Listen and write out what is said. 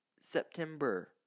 September